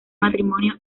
matrimonio